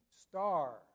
star